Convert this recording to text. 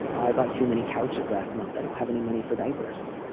i bought too many couches last month. i don't have any money for diapers.